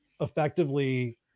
effectively